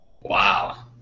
wow